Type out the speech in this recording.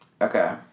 Okay